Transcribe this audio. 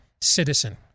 citizen